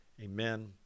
amen